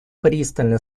пристально